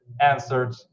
answered